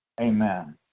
Amen